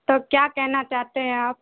تو کیا کہنا چاہتے ہیں آپ